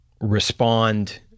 respond